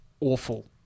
awful